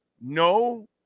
no